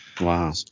Wow